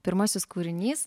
pirmasis kūrinys